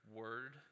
word